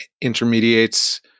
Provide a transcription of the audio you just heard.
intermediates